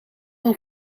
een